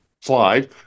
slide